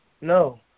no